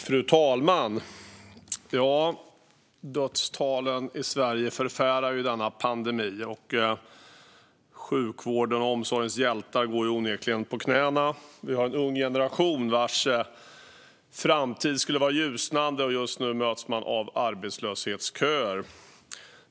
Fru talman! Dödstalen i Sverige förfärar i denna pandemi. Sjukvårdens och omsorgens hjältar går onekligen på knäna. Vi har en ung generation vars framtid skulle vara ljusnande, men just nu möts man av arbetslöshetsköer.